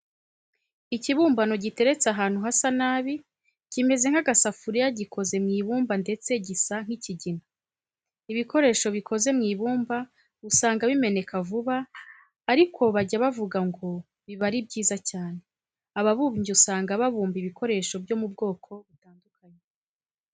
Ikibumbano giteretse ahantu hasa nabi, kimeze nk'agasafuriya gikoze mu ibumba ndetse gisa nk'ikigina. Ibikoresho bikoze mu ibumba usanga bimeneka vuba ariko bajya bavuga ngo biba ari byiza cyane. Ababumbyi usanga babumba ibikoresho byo mu bwoko butandukanye.